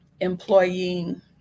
employing